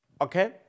okay